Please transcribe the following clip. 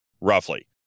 roughly